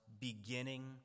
beginning